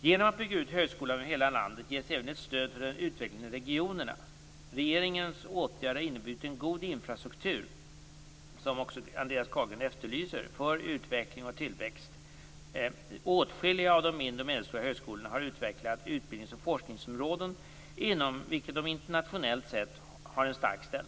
Genom att bygga ut högskolan över hela landet ges även ett stöd för utvecklingen av regionerna. Regeringens åtgärder har inneburit en god infrastruktur, som också Andreas Carlgren efterlyser, för utveckling och tillväxt. Åtskilliga av de mindre och medelstora högskolorna har utvecklat utbildnings och forskningsområden inom vilka de internationellt sett har en stark ställning.